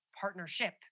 partnership